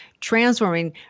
transforming